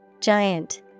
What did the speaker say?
Giant